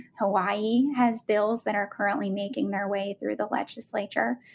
hawaii has bills that are currently making their way through the legislature,